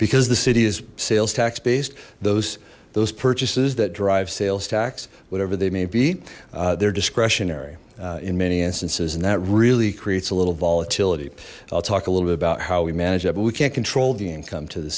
because the city is sales tax based those those purchases that drive sales tax whatever they may be they're discretionary in many instances and that really creates a little volatility i'll talk a little bit about how we manage that but we can't control the income to the